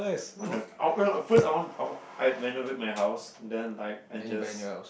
wanna uh first I want I I'd renovate my house then like I just